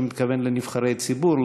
אני מתכוון לנבחרי ציבור,